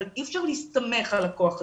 אבל אי אפשר להסתמך על הכוח הזה,